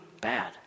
bad